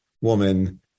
woman